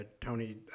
Tony